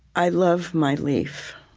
i love my leaf.